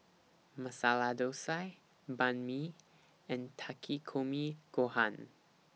Masala Dosa Banh MI and Takikomi Gohan